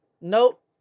nope